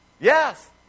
Yes